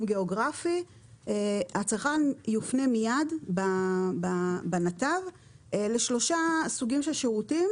גיאוגרפי הצרכן יופנה מיד בנתב לשלושה סוגים של שירותים